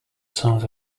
songs